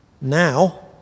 now